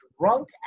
drunk